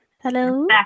Hello